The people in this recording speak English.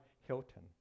Hilton